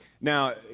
Now